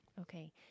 Okay